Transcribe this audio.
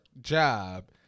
job